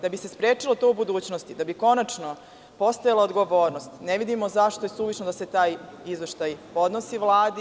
Da bi se sprečilo to u budućnosti, da bi konačno postojala odgovornost, ne vidimo zašto je suvišno da se taj izveštaj podnosi Vladi?